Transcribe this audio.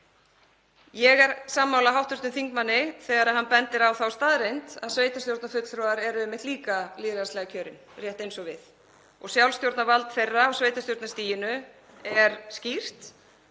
Ég er sammála hv. þingmanni þegar hann bendir á þá staðreynd að sveitarstjórnarfulltrúar eru einmitt líka lýðræðislega kjörin rétt eins og við og sjálfstjórnarvald þeirra á sveitarstjórnarstiginu er skýrt.